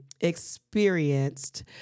experienced